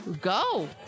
go